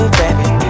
baby